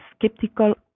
skeptical